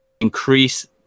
increase